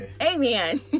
amen